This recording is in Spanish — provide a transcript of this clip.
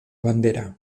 bandera